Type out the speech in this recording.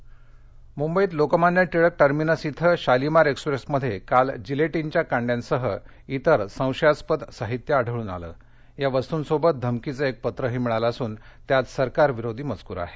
gelatine मुद्धित Lokmanya Tilak terminus इथशालिमार एक्स्प्रेसमध्ये काल जिलेटीनच्या काह्यवासह इतर सध्यवास्पद साहित्य आढळून आला बा वस्तूस्विंबत धमकीचप्रिक पत्रही मिळालाअिसून त्यात सरकारविरोधी मजकूर आहे